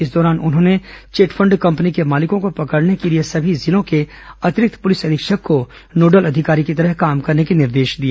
इस दौरान उन्होंने चिटफंड कंपनी के मालिकों को पकड़ने के लिए सभी जिलों के अतिरिक्त पुलिस अधीक्षक को नोडल अधिकारी की तरह काम करने के निर्देश दिए